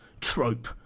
trope